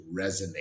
resonate